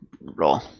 roll